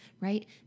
right